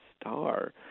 star